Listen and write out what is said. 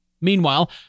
Meanwhile